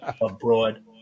abroad